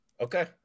Okay